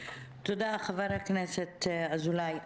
תודה, חבר הכנסת אזולאי.